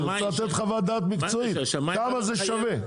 הוא צריך לתת חוות דעת מקצועית כמה זה שווה,